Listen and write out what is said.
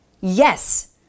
Yes